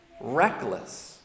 reckless